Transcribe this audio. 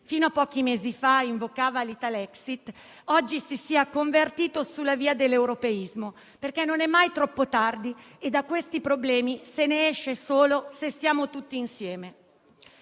fino a pochi mesi fa invocava l'Italexit oggi si sia convertito sulla via dell'europeismo, perché non è mai troppo tardi e da questi problemi se ne esce solo se stiamo tutti insieme.